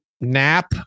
nap